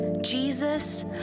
Jesus